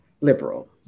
liberal